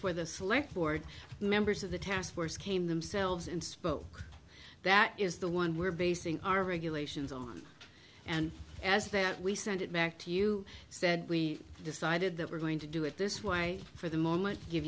for the select board members of the task force came themselves and spoke that is the one we're basing our regulations on and as that we send it back to you said we decided that we're going to do it this way for the moment give